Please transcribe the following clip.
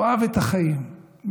הוא אהב את החיים מאוד,